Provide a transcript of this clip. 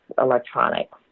electronics